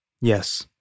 Yes